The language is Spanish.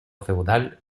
feudal